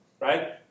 right